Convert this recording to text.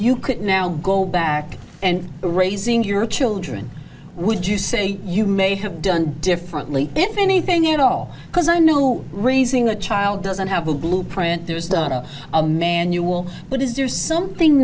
you could now go back and raising your children would you say you may have done differently if anything at all because i know raising a child doesn't have a blueprint there is a manual but is there something